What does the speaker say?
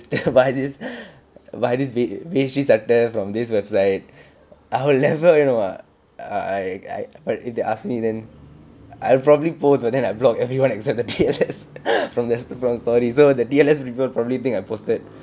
the this virus bait virus video from this website our level you know uh I I but if they ask me then I'll probably post but then I block everyone except the T_S_L from the from the story so the T_S_L people probably think I posted